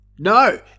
No